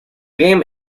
game